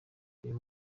uyu